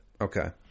Okay